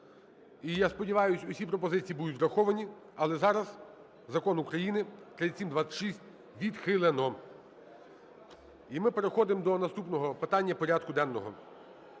я сподіваюсь усі пропозиції будуть враховані. Але зараз Закон України 3726 відхилено. І ми переходимо до наступного питання порядку денного